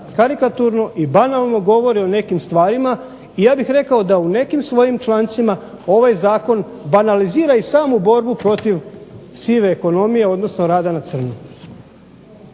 karikaturno i banalno govori o nekim stvarima i ja bih rekao da u nekim svojim člancima ovaj Zakon banalizira i samu borbu protiv sive ekonomije odnosno rada na crno.